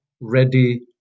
ready